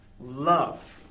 love